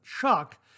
Chuck